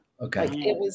Okay